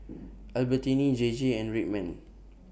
Albertini J J and Red Man